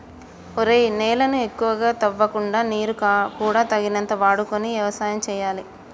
ఒరేయ్ నేలను ఎక్కువగా తవ్వకుండా నీరు కూడా తగినంత వాడుకొని యవసాయం సేయాలి